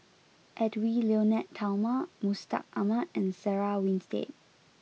Edwy Lyonet Talma Mustaq Ahmad and Sarah Winstedt